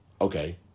Okay